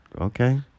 Okay